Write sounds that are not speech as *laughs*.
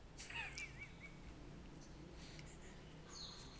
*laughs*